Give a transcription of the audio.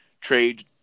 trade